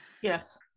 yes